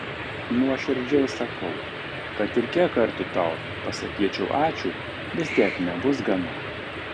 nuoširdžiai sakau kad ir kiek kartų tau pasakyčiau ačiū vis tiek nebus gana